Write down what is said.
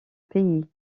pays